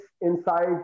inside